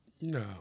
No